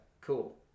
cool